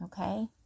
Okay